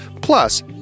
Plus